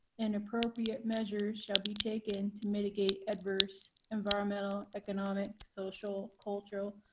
and appropriate measures shall be taken to mitigate adverse environmental, economic, social, cultural,